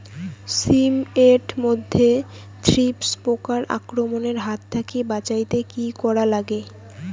শিম এট মধ্যে থ্রিপ্স পোকার আক্রমণের হাত থাকি বাঁচাইতে কি করা লাগে?